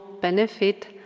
benefit